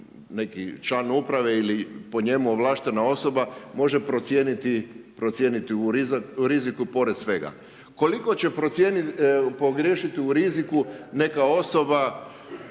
neki član uprave, ili po njemu ovlaštena osoba, može procijeniti rizik pored svega. Koliko će pogriješiti u riziku neka osoba